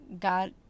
God